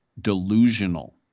delusional